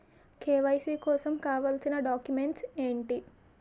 KYC కోసం కావాల్సిన documents ఎంటి?